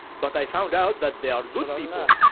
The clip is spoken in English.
but i found out that they are good people,